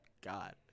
God